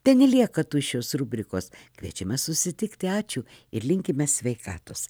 te nelieka tuščios rubrikos kviečiame susitikti ačiū ir linkime sveikatos